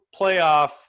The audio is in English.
playoff